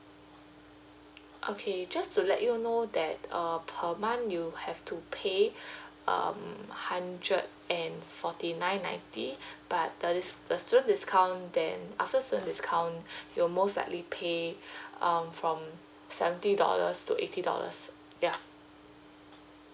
okay just to let you know that um per month you have to pay um hundred and forty nine ninety but there is the student discount then after student discount you're most likely pay um from seventy dollars to eighty dollars ya